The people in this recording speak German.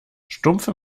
stumpfe